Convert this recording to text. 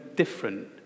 different